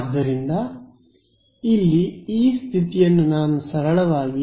ಆದ್ದರಿಂದ ಇಲ್ಲಿ ಈ ಸ್ಥಿತಿಯನ್ನು ನಾನು ಸರಳವಾಗಿ ∇